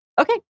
Okay